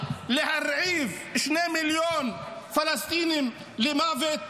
להרעיב שני מיליוני פלסטינים למוות,